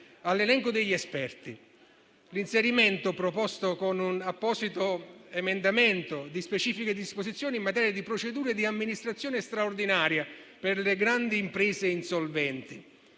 all'elenco degli esperti. Vi è poi l'inserimento, proposto con un apposito emendamento, di specifiche disposizioni in materia di procedure di amministrazione straordinaria per le grandi imprese insolventi,